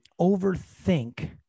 overthink